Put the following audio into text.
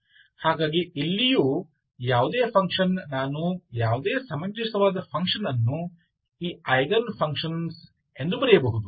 ಹಾಗಾಗಿ ಇಲ್ಲಿಯೂ ಯಾವುದೇ ಫಂಕ್ಷನ್ ನಾನು ಯಾವುದೇ ಸಮಂಜಸವಾದ ಫಂಕ್ಷನ್ ಅನ್ನು ಈ ಐಗನ್ ಫಂಕ್ಷನ್ಸ್ ಎಂದು ಬರೆಯಬಹುದು